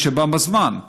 מי שבא בזמן,